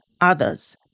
Others